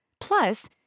Plus